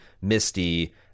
Misty